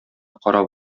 карап